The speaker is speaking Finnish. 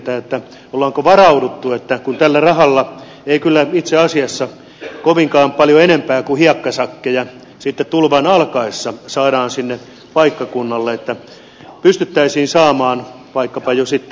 onko siihen varauduttu kun tällä rahalla ei kyllä itse asiassa kovinkaan paljon enempää kuin hiekkasäkkejä sitten tulvan alkaessa saada sinne paikkakunnalle niin että pystyttäisiin saamaan vaikkapa jo sitten lisämäärärahoja